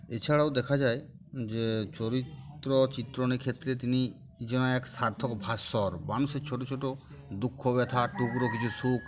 এছাড়াও দেখা যায় যে চরিত্র চিত্রণের ক্ষেত্রে তিনি যেন এক সার্থক ভাস্বর মানুষের ছোটো ছোটো দুঃখ ব্যথা টুকরো কিছু সুখ